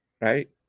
Right